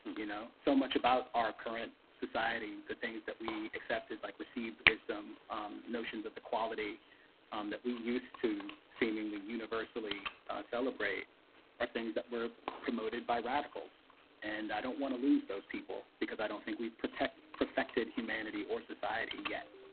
you know so much about our current society, the things that we accept is like received wisdom, um notions of equality um that we used to seemingly universally celebrate are things that were promoted by radicals and i don't want to lose those people because i don't think we've protect perfected humanity or society yet